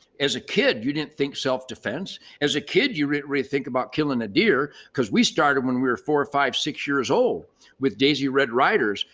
as a kid, you didn't think self-defense, as a kid, you rethink about killing a deer because we started when we were four or five, six years old with daisy red ryder,